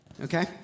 okay